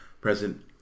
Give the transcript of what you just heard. present